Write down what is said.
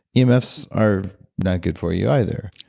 emfs are not good for you either.